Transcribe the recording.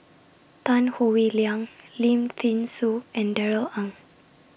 Tan Howe Liang Lim Thean Soo and Darrell Ang